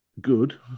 good